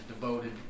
devoted